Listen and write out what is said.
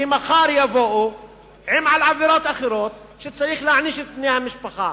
כי מחר יבואו עם עבירות אחרות שצריך להעניש בגללן את בני המשפחה.